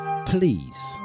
please